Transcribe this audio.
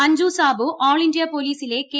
അഞ്ജു സാബു ആൾ ഇന്ത്യ പോലീസിലെ കെ